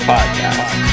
Podcast